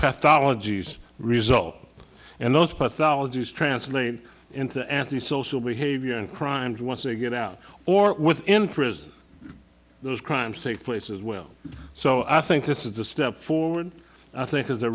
pathologies result and those pathologies translate into anti social behavior and crimes once they get out or within prison those crimes take place as well so i think this is a step forward i think is a